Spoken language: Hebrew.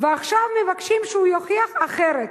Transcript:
ועכשיו מבקשים שהוא יוכיח אחרת.